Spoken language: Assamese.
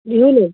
বিহুলৈ